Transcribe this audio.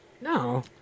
No